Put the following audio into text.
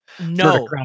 No